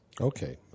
Okay